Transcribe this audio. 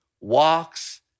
walks